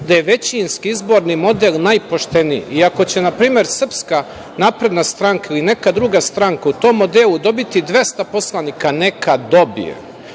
da je većinski izborni model najpošteniji i ako će na primer SNS ili neka druga stranka u tom modelu dobiti 200 poslanika, neka dobije.